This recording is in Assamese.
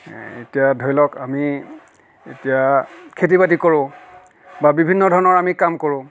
এতিয়া ধৰি লওক আমি এতিয়া খেতি বাতি কৰোঁ বা বিভিন্ন ধৰণৰ আমি কাম কৰোঁ